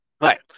Right